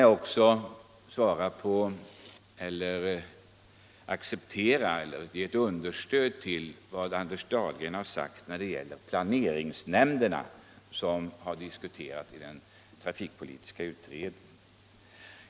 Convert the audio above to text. I det sammanhanget kan jag också understryka vad Anders Dahlgren sagt när det gäller planeringsnämnderna, som har diskuterats i den trafikpolitiska utredningen.